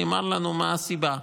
נאמר לנו מה הסיבה.